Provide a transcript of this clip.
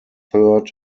third